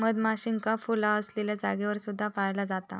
मधमाशींका फुला असलेल्या जागेवर सुद्धा पाळला जाता